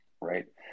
right